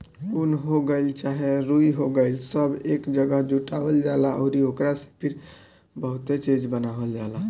उन हो गइल चाहे रुई हो गइल सब एक जागह जुटावल जाला अउरी ओकरा से फिर बहुते चीज़ बनावल जाला